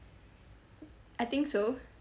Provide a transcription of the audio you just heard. I think so